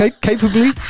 Capably